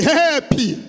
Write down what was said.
happy